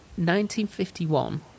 1951